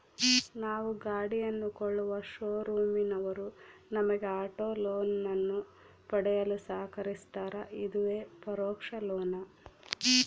ನಾವು ಗಾಡಿಯನ್ನು ಕೊಳ್ಳುವ ಶೋರೂಮಿನವರು ನಮಗೆ ಆಟೋ ಲೋನನ್ನು ಪಡೆಯಲು ಸಹಕರಿಸ್ತಾರ, ಇದುವೇ ಪರೋಕ್ಷ ಲೋನ್